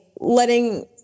letting